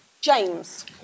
James